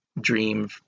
dream